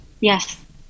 Yes